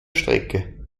strecke